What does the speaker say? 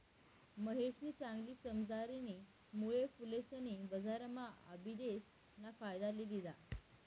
महेशनी चांगली समझदारीना मुळे फुलेसनी बजारम्हा आबिदेस ना फायदा लि लिदा